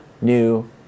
new